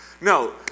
No